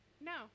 No